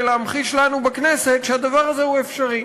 להמחיש לנו בכנסת שהדבר הזה הוא אפשרי,